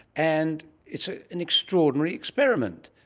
and it's ah an extraordinary experiment,